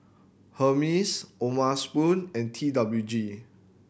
Hermes O'ma Spoon and T W G